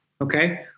Okay